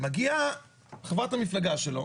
מגיעה חברת המפלגה שלו,